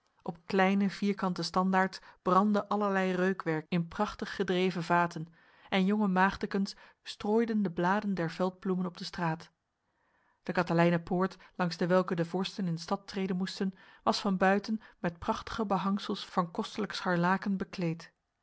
op kleine vierkante standaards brandde allerlei reukwerk in prachtig gedreven vaten en jonge maagdekens strooiden de bladen der veldbloemen op de straat de katelijnepoort langs dewelke de vorsten in de stad treden moesten was van buiten met prachtige behangsels van kostelijk scharlaken bekleed